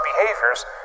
behaviors